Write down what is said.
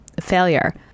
failure